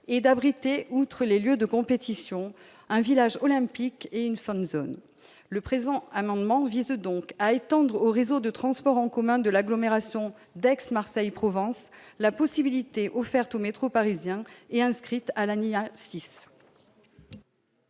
et d'abriter, outre les lieux de compétition un village olympique et une fan zone le présent amendement visent donc à étendre au réseau de transports en commun de l'agglomération d'Aix-Marseille Provence la possibilité offerte au métro parisien est inscrite à l'à 6.